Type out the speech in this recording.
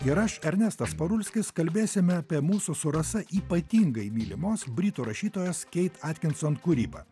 ir aš ernestas parulskis kalbėsime apie mūsų su rasa ypatingai mylimos britų rašytojos keit atkinson kūrybą